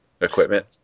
equipment